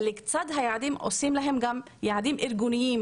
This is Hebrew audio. אבל לצד היעדים שמים להם גם יעדים ארגוניים